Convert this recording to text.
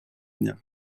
дня